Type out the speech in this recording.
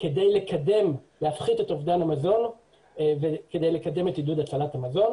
כדי להפחית את אובדן המזון וכדי לקדם את עידוד הצלת המזון.